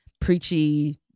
preachy